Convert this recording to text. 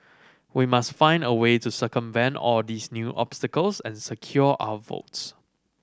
we must find a way to circumvent all these new obstacles and secure our votes